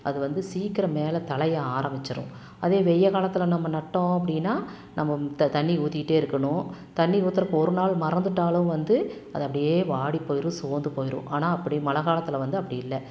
அது வந்து சீக்கிரம் மேலே தழைய ஆரம்பிச்சிரும் அதே வெய்யகாலத்தில் நம்ம நட்டோம் அப்படினா நம்ப த தண்ணி ஊற்றிட்டே இருக்கணும் தண்ணி ஊற்றுறக்கு ஒரு நாள் மறந்துவிட்டாலும் வந்து அது அப்படியே வாடி போயிரும் சோர்ந்து போயிரும் ஆனால் அப்படி மழை காலத்தில் வந்து அப்படி இல்லை